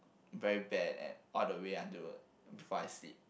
very bad and all the way until before I sleep